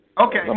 Okay